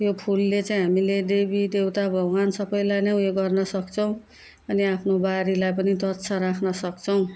यो फुलले चाहिँ हामीले देवी देवता भगवान सबैलाई नै उयो गर्न सक्छौँ अनि आफ्नो बारीलाई नि स्वच्छ राख्न सक्छौँ